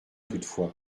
toutefois